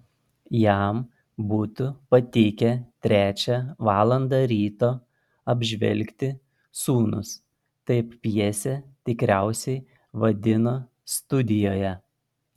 jam būtų patikę trečią valandą ryto apžvelgti sūnus taip pjesę tikriausiai vadino studijoje